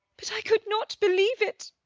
but i could not believe it.